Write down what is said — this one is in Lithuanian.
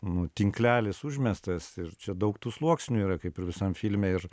nu tinklelis užmestas ir čia daug tų sluoksnių yra kaip ir visam filme ir